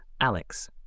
Alex